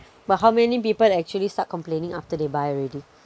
but how many people actually start complaining after they buy already